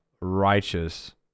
righteous